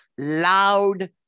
loud